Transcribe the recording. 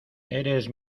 eres